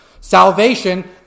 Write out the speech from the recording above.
Salvation